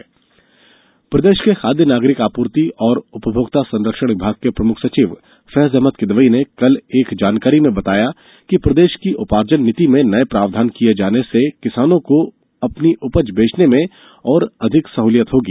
उपार्जन नीति प्रदेश के खाद्य नागरिक आपूर्ति और उपभोक्ता संरक्षण विभाग के प्रमुख सचिव फैज अहमद किदवई ने कल एक जानकारी में बताया कि प्रदेश की उपार्जन नीति में नये प्रावधान किये जाने से किसानों को अपनी उपज बेचने में और अधिक सहूलियत होगी